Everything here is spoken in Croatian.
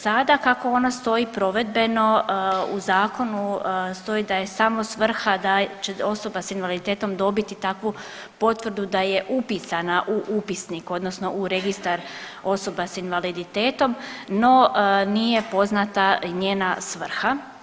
Sada kako ona stoji provedbeno, u Zakonu stoji da je samo svrha da će osoba s invaliditetom dobiti takvu potvrdu da je upisana u upisnik odnosno u Registar osoba s invaliditetom, no nije poznata njena svrha.